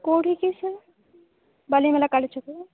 କେଉଁଠିକି ସେ ବାଲିଗଣା କାଳି ଛକକୁ